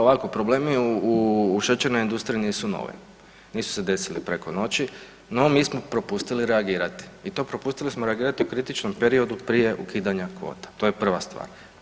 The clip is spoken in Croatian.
Ovako problemi u šećernoj industriji nisu novi, nisu se desili preko noći, no mi smo propustili reagirati i to propustili smo reagirati u kritičnom periodu prije ukidanja kvota, to je prva stvar.